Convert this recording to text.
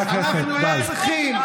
הבדיקות, מאות שקלים בחודש.